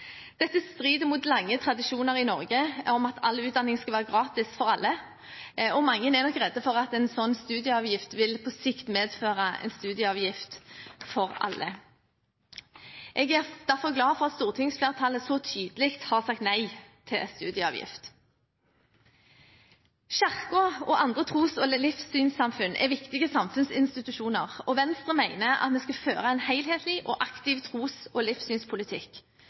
Dette strider mot lange tradisjoner i Norge om at all utdanning skal være gratis for alle, og mange er nok redde for at en slik studieavgift på sikt vil medføre en studieavgift for alle. Jeg er derfor glad for at stortingsflertallet så tydelig har sagt nei til studieavgift. Kirken og andre tros- og livssynssamfunn er viktige samfunnsinstitusjoner, og Venstre mener at vi skal føre en helhetlig og aktiv tros- og livssynspolitikk.